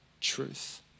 truth